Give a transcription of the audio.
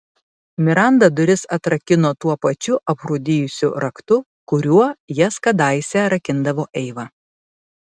miranda duris atrakino tuo pačiu aprūdijusiu raktu kuriuo jas kadaise rakindavo eiva